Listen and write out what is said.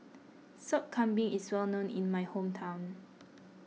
Sop Kambing is well known in my hometown